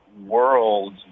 world